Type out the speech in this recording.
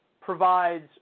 provides